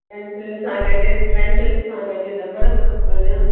paint सां गॾु pencil सां गॾु रॿड़ बि खपनि